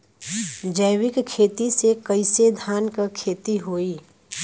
जैविक खेती से कईसे धान क खेती होई?